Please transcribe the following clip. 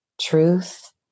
truth